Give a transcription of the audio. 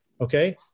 Okay